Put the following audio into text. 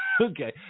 Okay